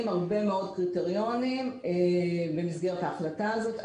הרבה מאוד קריטריונים במסגרת ההחלטה הזאת.